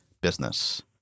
business